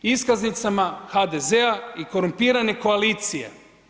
Iskaznicama HDZ-a i korumpirane koalicije.